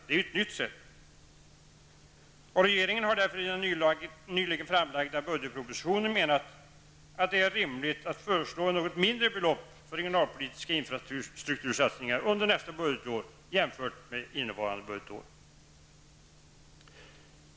Det är ett nytt sätt. Regeringen har därför i den nyligen framlagda budgetpropositionen menat att det är rimligt att föreslå ett något mindre belopp för regionalpolitiska infrastruktursatsningar under nästa budgetår jämfört med innevarande budgetår.